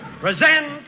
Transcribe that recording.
Present